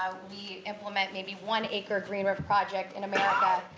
ah we implement maybe one acre green roof project in america.